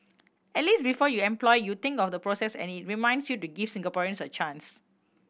at least before you employ you think of the process and it reminds you to give Singaporeans a chance